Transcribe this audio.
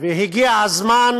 הגיע הזמן